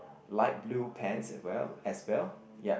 light blue pants at well as well ya